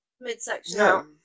midsection